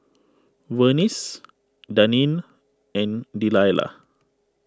Vernice Deneen and Delilah